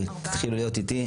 אנחנו איחדנו את הפרקים,